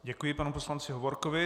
Děkuji panu poslanci Hovorkovi.